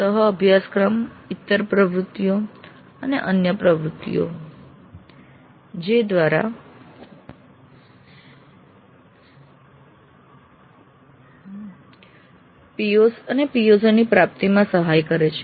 સહ અભ્યાસક્રમ ઇત્તર પ્રવૃત્તિઓ અને અન્ય પ્રવૃત્તિઓ છે જે કદાચ POs અને PSOsની પ્રાપ્તિમાં સહાય કરે છે